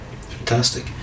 Fantastic